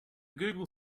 google